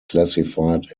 classified